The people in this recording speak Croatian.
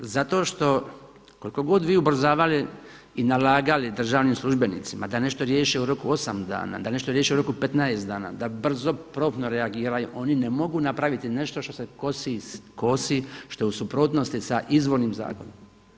Zato što koliko god vi ubrzavali i nalagali državnim službenicima da nešto riješe u roku od 8 dana, da nešto riješe u roku 15 dana, da brzo promptno reagiraju, oni ne mogu napraviti nešto što se kosi, što je u suprotnosti sa izvornim zakonima.